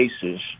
cases